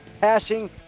passing